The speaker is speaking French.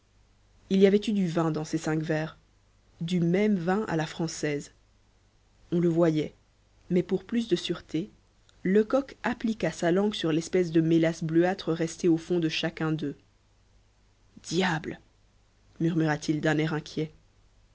il y avait eu du vin dans ces cinq verres du même vin à la française on le voyait mais pour plus de sûreté lecoq appliqua sa langue sur l'espèce de mélasse bleuâtre restée au fond de chacun d'eux diable murmura-t-il d'un air inquiet